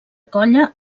colla